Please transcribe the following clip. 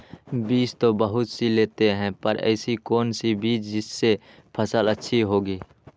बीज तो बहुत सी लेते हैं पर ऐसी कौन सी बिज जिससे फसल अच्छी होगी?